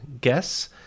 guess